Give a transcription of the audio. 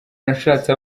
nashatse